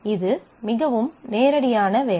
இது மிகவும் நேரடியான வேலை